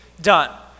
done